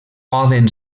poden